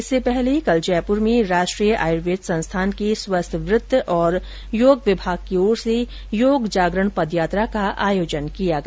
इससे पहले कल जयपूर में राष्ट्रीय आयुर्वेद संस्थान के स्वस्थवत्त और योग विभाग की ओर से योग जागरण पदयात्रा का आयोजन किया गया